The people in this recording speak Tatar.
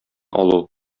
алу